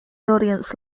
audience